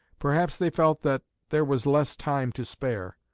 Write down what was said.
perhaps they felt that there was less time to spare.